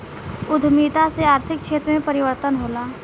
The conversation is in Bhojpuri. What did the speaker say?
उद्यमिता से आर्थिक क्षेत्र में परिवर्तन होला